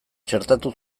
txertatu